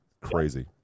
crazy